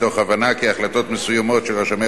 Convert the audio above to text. מתוך הבנה כי החלטות מסוימות של רשמי